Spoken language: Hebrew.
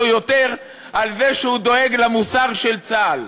יותר על זה שהוא דואג למוסר של צה"ל.